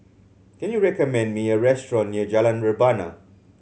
can you recommend me a restaurant near Jalan Rebana